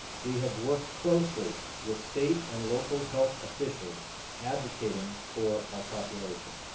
we have worked closely with state and local health officials advocating for our population.